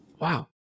Wow